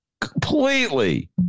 completely